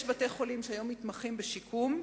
יש בתי-חולים שהיום מתמחים בשיקום,